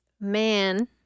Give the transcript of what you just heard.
Man